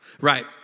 Right